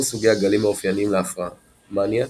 סוגי הגלים האופייניים להפרעה מאניה,